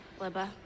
Libba